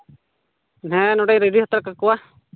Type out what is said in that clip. ᱦᱮᱸ ᱱᱚᱰᱮᱧ ᱨᱮ ᱰᱤ ᱦᱟᱛᱟᱲ ᱠᱟᱠᱚᱣᱟ